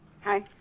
Hi